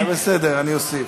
בסדר, אני אוסיף.